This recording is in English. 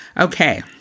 Okay